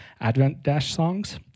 advent-songs